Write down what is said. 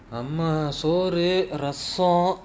அம்மா சோறு:ammaa soru raso